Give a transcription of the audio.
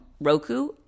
Roku